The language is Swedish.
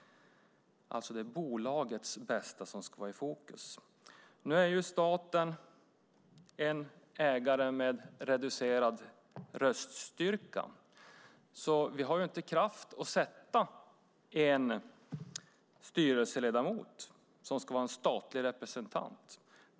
Det är alltså bolagets bästa som ska vara i fokus. Nu är staten en ägare med reducerad röststyrka, så vi har inte kraft att sätta in en styrelseledamot som ska vara en statlig representant.